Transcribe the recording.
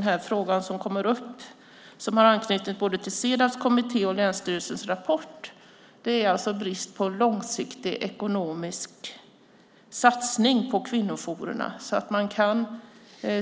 Det är en fråga som har kommit upp och som har anknytning till både Cedawkommitténs och länsstyrelsens rapport. Det handlar om bristen på långsiktig ekonomisk satsning på kvinnojourerna. Vi måste kunna